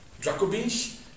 Jacobins